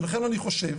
ולכן אני חושב,